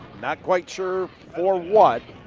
not quite sure for what.